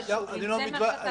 זה מה שאתה דואג.